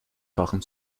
fachem